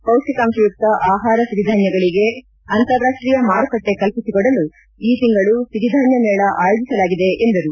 ಪೌಷ್ಠಿಕಾಂಶಯುಕ್ತ ಆಹಾರಸಿರಿಧಾನ್ಯಗಳಿಗೆ ಅಂತಾರಾಷ್ಟೀಯ ಮಾರುಕಟ್ಟೆ ಕಲ್ಪಿಸಿಕೊಡಲು ಈ ತಿಂಗಳು ಸಿರಿಧಾನ್ಯ ಮೇಳ ಆಯೋಜಿಸಲಾಗಿದೆ ಎಂದರು